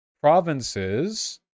provinces